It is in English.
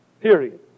period